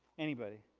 anybody?